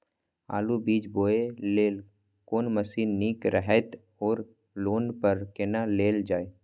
आलु बीज बोय लेल कोन मशीन निक रहैत ओर लोन पर केना लेल जाय?